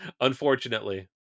unfortunately